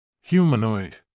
Humanoid